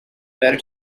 better